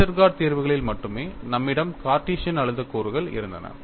Westergaard தீர்வுகளில் மட்டுமே நம்மிடம் கார்ட்டீசியன் அழுத்த கூறுகள் இருந்தன